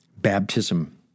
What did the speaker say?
baptism